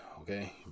okay